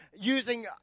using